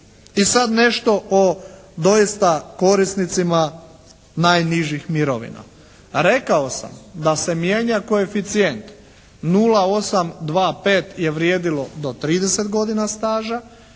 I sad nešto o doista korisnicima najnižih mirovina. Rekao sam da se mijenja koeficijent 0,825 je vrijedilo do 30 godina staža,